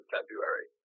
February